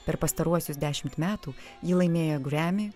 per pastaruosius dešimt metų ji laimėjo grammy